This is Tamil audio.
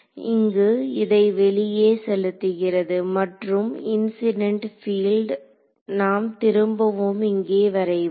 இங்கு இதை வெளியே செலுத்துகிறது மற்றும் இன்ஸிடெண்ட் பீல்டு நாம் திரும்பவும் இங்கே வரைவோம்